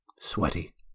sweaty